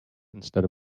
instead